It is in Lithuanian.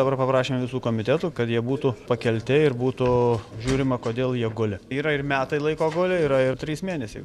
dabar paprašėm visų komitetų kad jie būtų pakelti ir būtų žiūrima kodėl jie guli yra ir metai laiko guli yra ir trys mėnesiai